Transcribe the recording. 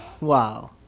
wow